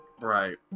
Right